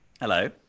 Hello